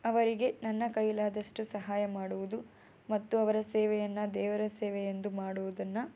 ಅವರಿಗೆ ನನ್ನ ಕೈಲಾದಷ್ಟು ಸಹಾಯ ಮಾಡುವುದು ಮತ್ತು ಅವರ ಸೇವೆಯನ್ನು ದೇವರ ಸೇವೆ ಎಂದು ಮಾಡುವುದನ್ನು